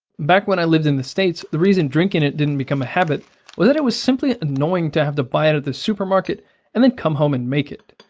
back when i lived in the states, the reason drinking it didn't become a habit was that it was simply annoying to have to buy it at the supermarket and then come home and make it.